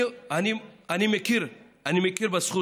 אני מכיר בזכות,